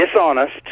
dishonest